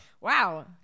wow